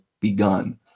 Begun